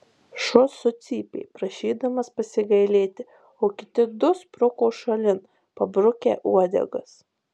šuo sucypė prašydamas pasigailėti o kiti du spruko šalin pabrukę uodegas